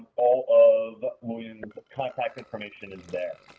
all of william's contact information is there.